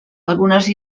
algunes